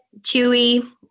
Chewy